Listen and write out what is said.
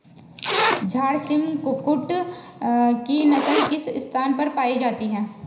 झारसिम कुक्कुट की नस्ल किस स्थान पर पाई जाती है?